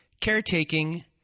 caretaking